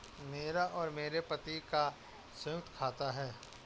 मेरा और मेरे पति का संयुक्त खाता है